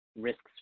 risks